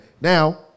Now